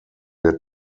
der